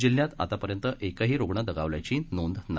जिल्ह्यात आतापर्यंत एकही रुग्ण दगवल्याची नोंद नाही